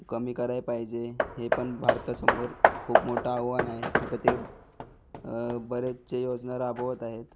कमी कराय पाहिजे हेपण भारतासमोर खूप मोठं आव्हान आहे आता ते बरेचसे योजना राबवत आहेत